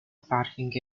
parking